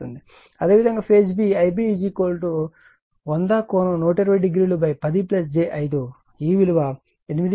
అదేవిధంగా phase b Ib 100∠120010j5 ఈ విలువ 8